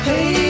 Hey